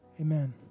amen